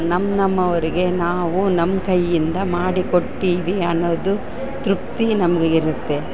ನಮ್ಮ ನಮ್ಮವರಿಗೆ ನಾವು ನಮ್ಮ ಕೈಯಿಂದ ಮಾಡಿ ಕೊಟ್ಟೀವಿ ಅನ್ನೋದು ತೃಪ್ತಿ ನಮಗೆ ಇರುತ್ತೆ